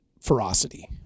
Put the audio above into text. ferocity